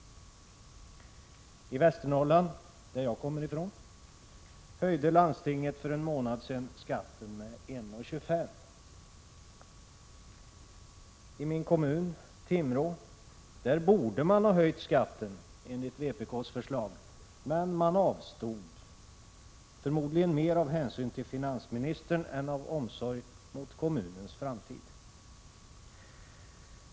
I Västernorrland, varifrån jag kommer, höjde landstinget för en månad sedan skatten med 1 kr. 25 öre. I min hemkommun, Timrå, borde man ha höjt skatten, enligt vpk:s förslag, men man avstod, förmodligen mer av hänsyn till finansministern än av omsorg om kommunens framtid.